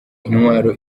intwaro